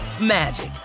magic